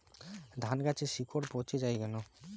ধানগাছের শিকড় পচে য়ায় কেন?